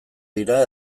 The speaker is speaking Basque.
dira